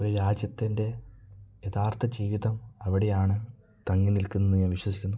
ഒരു രാജ്യത്തിൻ്റെ യഥാർഥ ജീവിതം അവിടെയാണ് തങ്ങി നിൽക്കുന്നതെന്ന് ഞാൻ വിശ്വസിക്കുന്നു